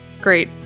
Great